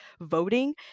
voting